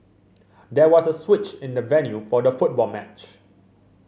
there was a switch in the venue for the football match